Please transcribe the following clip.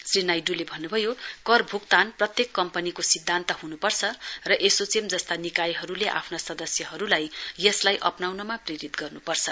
श्री नाइड्रले भन्न्भयो कर भ्क्तान प्रत्येक कम्पनीको सिध्यान्त हन्पर्छ र एसोचेम जस्ता निकायहरुले आफ्ना सदस्यहरुलाई यसलाई अप्नाउनमा प्रेरित गर्नुपर्छ